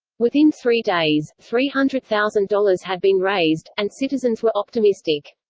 within three days, three hundred thousand dollars had been raised, and citizens were optimistic.